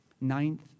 ninth